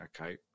okay